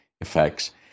effects